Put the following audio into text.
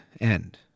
end